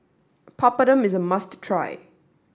Papadum is a must try